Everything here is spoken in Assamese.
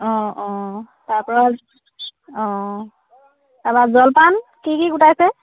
অঁ অঁ তাৰপৰা অঁ তাৰপৰা জলপান কি কি গোটাইছে